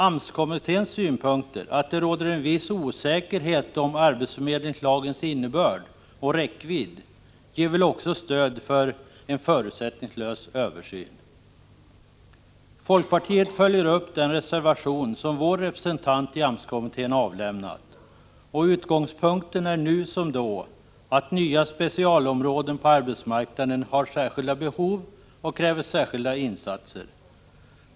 AMS-kommitténs synpunkt, att det råder en viss osäkerhet om arbetsförmedlingslagens innebörd och räckvidd, ger väl också stöd för en förutsättningslös översyn. Folkpartiet följer upp den reservation som vår representant i AMS kommittén avlämnat. Utgångspunkten är nu som då att nya specialområden på arbetsmarknaden har särskilda behov och kräver särskilda insatser.